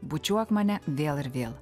bučiuok mane vėl ir vėl